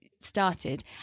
started